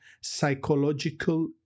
psychological